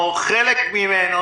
או חלק ממנו,